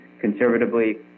conservatively